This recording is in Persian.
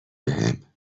بهم